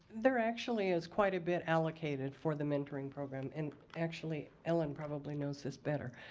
there actually is quite a bit allocated for the mentoring program and actually ellen probably knows this better.